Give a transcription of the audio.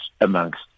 amongst